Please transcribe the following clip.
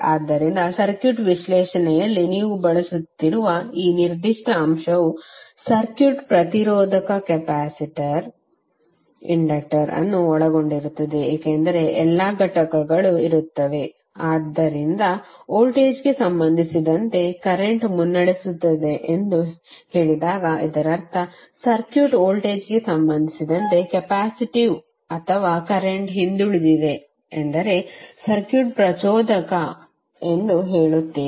ಆದ್ದರಿಂದ ಸರ್ಕ್ಯೂಟ್ ವಿಶ್ಲೇಷಣೆಯಲ್ಲಿ ನೀವು ಬಳಸುತ್ತಿರುವ ಈ ನಿರ್ದಿಷ್ಟ ಅಂಶವು ಸರ್ಕ್ಯೂಟ್ ಪ್ರತಿರೋಧಕ ಕೆಪಾಸಿಟರ್ ಇಂಡಕ್ಟರ್ ಅನ್ನು ಒಳಗೊಂಡಿರುತ್ತದೆ ಏಕೆಂದರೆ ಎಲ್ಲಾ ಘಟಕಗಳು ಇರುತ್ತವೆ ಆದ್ದರಿಂದ ವೋಲ್ಟೇಜ್ಗೆ ಸಂಬಂಧಿಸಿದಂತೆ ಕರೆಂಟ್ ಮುನ್ನಡೆಸುತ್ತಿದೆ ಎಂದು ಹೇಳಿದಾಗ ಇದರರ್ಥ ಸರ್ಕ್ಯೂಟ್ ವೋಲ್ಟೇಜ್ಗೆ ಸಂಬಂಧಿಸಿದಂತೆ ಕೆಪ್ಯಾಸಿಟಿವ್ ಅಥವಾ ಕರೆಂಟ್ ಹಿಂದುಳಿದಿದೆ ಎಂದರೆ ಸರ್ಕ್ಯೂಟ್ ಪ್ರಚೋದಕ ಎಂದು ಹೇಳುತ್ತೀರಿ